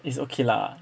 it's okay lah